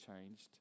changed